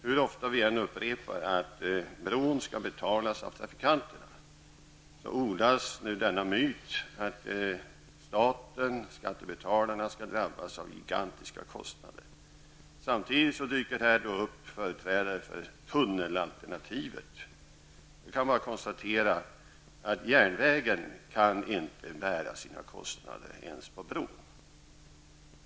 Hur ofta vi än upprepar att bron skall betalas av trafikanterna odlas nu myten att staten, skattebetalarna, skall drabbas av gigantiska kostnader. På samma gång dyker här upp företrädare för tunnelalternativet. Det är bara att konstatera att järnvägen inte ens med en bro kan bära sina kostnader.